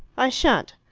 i shan't.